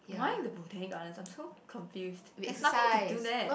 why the Botanic-Gardens I'm so confused there's nothing to do there